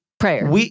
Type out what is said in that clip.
Prayer